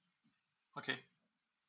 okay